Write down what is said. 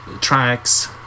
tracks